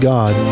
God